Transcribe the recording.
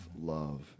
love